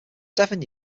seven